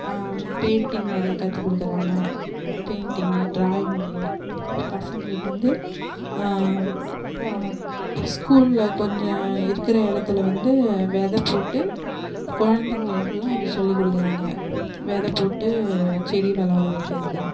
painting வரைய கற்றுக் கொடுக்குறாங்க பெயிண்டிங்கு டிராயிங்கு பசங்களுக்கு வந்து ஸ்கூலில் கொஞ்சம் இருக்கிற இடத்துல வந்து விதை போட்டு குழந்தைங்களுக்குலாம் அது சொல்லி கொடுக்குறாங்க விதை போட்டு செடி வளர வைக்கிறது